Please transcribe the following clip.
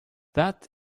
that